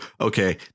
okay